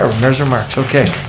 ah mayor's remarks, okay,